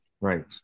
Right